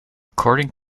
according